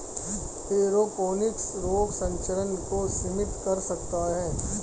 aeroponics रोग संचरण को सीमित कर सकता है